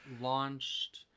launched